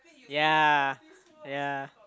ya ya